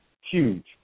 huge